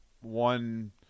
one